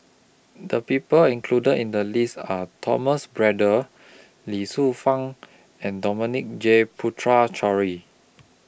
The People included in The list Are Thomas Braddell Ye Shufang and Dominic J Puthucheary